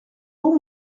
pour